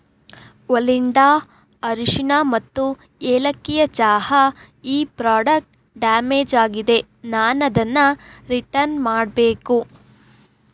ಒಲಿಂಡಾ ಅರಿಶಿಣ ಮತ್ತು ಏಲಕ್ಕಿಯ ಚಹಾ ಈ ಪ್ರಾಡಕ್ಟ್ ಡ್ಯಾಮೇಜ್ ಆಗಿದೆ ನಾನದನ್ನು ರಿಟನ್ ಮಾಡಬೇಕು